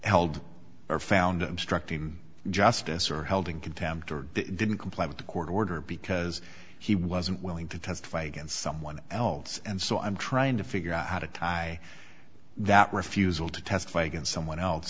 held or found obstructing justice or held in contempt or didn't comply with a court order because he wasn't willing to testify against someone else and so i'm trying to figure out how to tie that refusal to testify against someone else